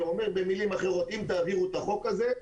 זה אומר במילים אחרות שאם תעבירו את החוק הזה,